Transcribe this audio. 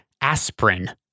aspirin